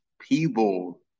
people